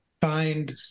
find